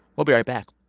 we'll be right back